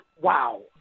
wow